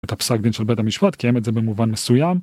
את הפסק דין של בית המשפט, קיים את זה במובן מסוים